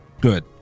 good